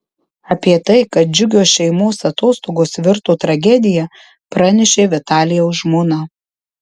apie tai kad džiugios šeimos atostogos virto tragedija pranešė vitalijaus žmona